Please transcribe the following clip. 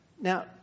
Now